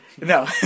No